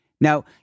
Now